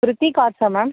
ரித்திக் கார்ஸ்ஸா மேம்